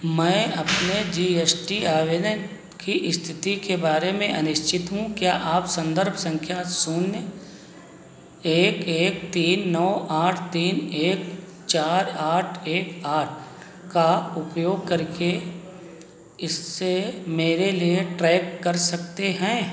मैं अपने G S T आवेदन की इस्थिति के बारे में अनिश्चित हूँ क्या आप सन्दर्भ सँख्या शून्य एक एक तीन नौ आठ तीन एक चार आठ एक आठ का उपयोग करके इसे मेरे लिए ट्रैक कर सकते हैं